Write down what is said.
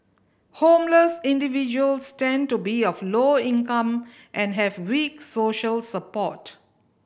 homeless individuals tend to be of low income and have weak social support